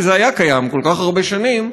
כי זה היה קיים כל כך הרבה שנים,